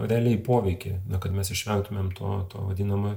realiai poveikį kad mes išvengtumėm to to vadinamojo